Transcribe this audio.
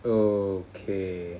okay